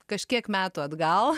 kažkiek metų atgal